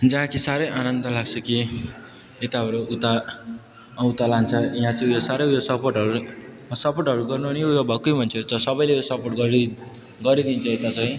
जहाँ कि साह्रै आनन्द लाग्छ कि यता अरू उता उता लान्छ कि यहाँ चाहिँ उयो साह्रै उयो सपोर्टहरू सपोर्टहरू गर्नु पनि उयो भएकै हुन्छ सबैले उयो सपोर्ट गरी गरिदिन्छ यता चाहिँ